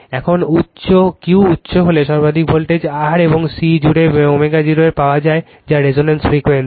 এখন Q উচ্চ হলে সর্বাধিক ভোল্টেজ R এবং C জুড়ে ω0 এ পাওয়া যায় যা রেজোনেন্স ফ্রিকোয়েন্সি